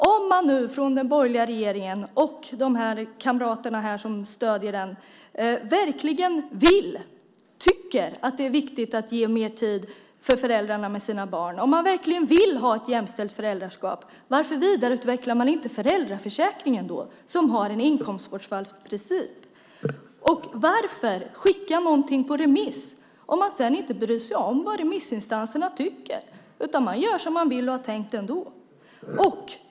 Om man nu från den borgerliga regeringen och de kamrater här som stöder den verkligen tycker att det är viktigt att ge föräldrarna mer tid med sina barn, om man verkligen vill ha ett jämställt föräldraskap, varför vidareutvecklar man då inte föräldraförsäkringen, som har en inkomstbortfallsprincip? Varför skicka någonting på remiss om man sedan inte bryr sig om vad remissinstanserna tycker utan gör som man vill och har tänkt ändå?